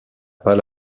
pas